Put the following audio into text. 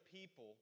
people